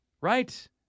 right